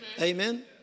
Amen